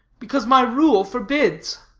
because my rule forbids.